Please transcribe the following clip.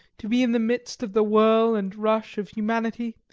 to be in the midst of the whirl and rush of humanity,